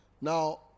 Now